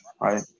right